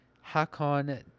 Hakon